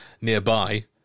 nearby